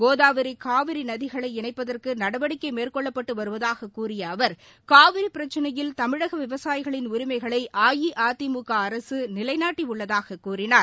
கோதாவரி காவிரி நதிகளை இணைப்பதற்கு நடவடிக்கை மேற்கொள்ளப்பட்டு வருவதாகக் கூறிய அவர் காவிரி பிரச்சினையில் தமிழக விவசாயிகளின் உரிமைகளை அஇஅதிமுக அரசு நிலைநாட்டி உள்ளதாகக் கூறினார்